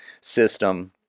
system